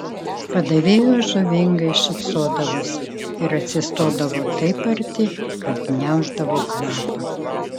padavėjos žavingai šypsodavosi ir atsistodavo taip arti kad gniauždavo kvapą